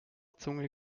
zunge